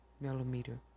millimeter